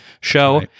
show